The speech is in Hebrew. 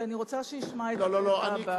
והרוב מכריע, אבל כל אחד יכול לדבר.